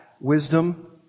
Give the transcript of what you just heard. wisdom